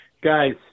Guys